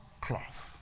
cloth